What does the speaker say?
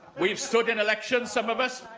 we've stood in elections, some of us,